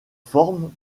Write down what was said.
formes